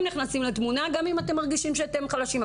נכנסים לתמונה גם אם אתם מרגישים שאתם חלשים.